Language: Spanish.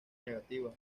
negativa